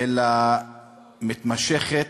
אלא מתמשכת,